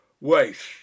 waste